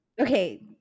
Okay